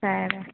సరే